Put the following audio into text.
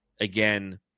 again